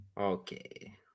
Okay